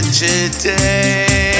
today